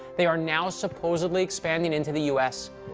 they are now supposedly expanding into the u s.